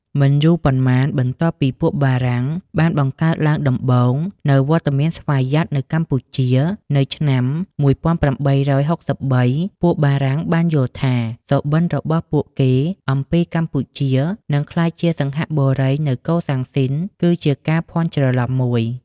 មិនយូរប៉ុន្មាន បន្ទាប់ពីពួកបារាំងបានបង្កើតឡើងដំបូងនូវវត្តមានស្វយ័តនៅកម្ពុជានៅឆ្នាំ ១៨៦៣ ពួកបារាំងបានយល់ថាសុបិន្ត របស់ពួកគេអំពីកម្ពុជានឹងក្លាយជា សិង្ហបុរីនៅកូសាំង ស៊ីន គឺជាការភាន់ច្រឡំមួយ ។